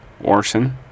Orson